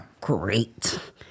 great